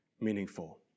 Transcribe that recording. meaningful